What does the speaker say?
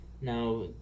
Now